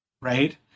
right